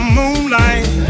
moonlight